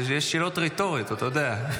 יש שאלות רטוריות, אתה יודע.